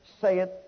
saith